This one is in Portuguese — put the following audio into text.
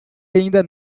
ainda